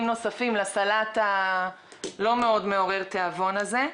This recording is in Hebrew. נוספים לסלט הלא מאוד מעורר תיאבון הזה.